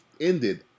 ended